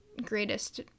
greatest